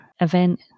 event